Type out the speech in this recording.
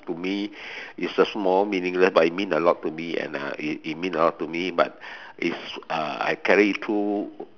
to me is a small meaningless but it mean a lot to me and uh it it mean a lot to me but is uh I carry through